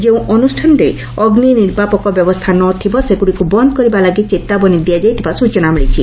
ଯେଉଁ ଅନୁଷାନରେ ଅଗୁ ନିର୍ବାପକ ବ୍ୟବସ୍କା ନଥିବ ସେଗୁଡ଼ିକୁ ବନ୍ଦ କରିବା ଲାଗି ଚେତାବନୀ ଦିଆଯାଇଥିବା ସ୍ଚନା ମିଳିଛି